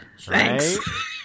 thanks